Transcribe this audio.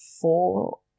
four